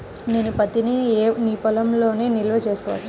నేను పత్తి నీ పొలంలోనే నిల్వ చేసుకోవచ్చా?